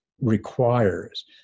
requires